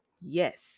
Yes